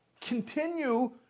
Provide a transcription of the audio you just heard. continue